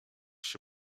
się